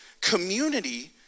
community